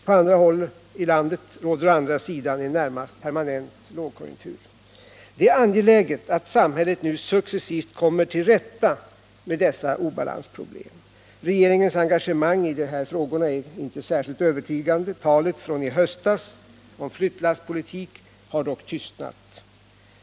På andra håll i landet råder å andra sidan en närmast permanent lågkonjunktur. Det är angeläget att samhället nu successivt kommer till rätta med dessa obalansproblem. Regeringens engagemang i de här frågorna är dock inte särskilt övertygande. Talet från i höstas om flyttlasspolitik har dock tystnat.